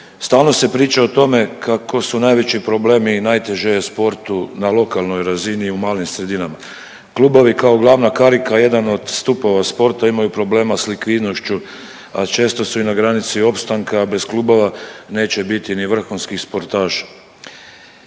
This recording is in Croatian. stalno se priča o tome kako su najveći problemi i najteže je sportu na lokalnoj razini i u malim sredinama. Klubovi kao glavna karika, jedan od stupova sporta imaju problema s likvidnošću, a često su i na granici opstanka, a bez klubova neće biti ni vrhunskih sportaša.